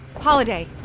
Holiday